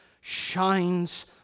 shines